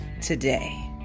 today